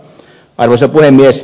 arvoisa puhemies